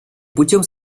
путем